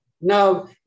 Now